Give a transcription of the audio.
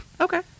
Okay